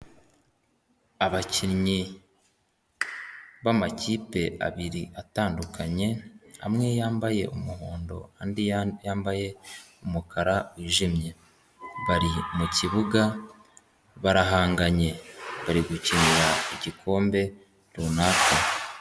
Abakinnyi b'amakipe abiri atandukanye, amwe yambaye umuhondo andi yambaye umukara wijimye, bari mu kibuga barahanganye, bari gukinira igikombe runaka.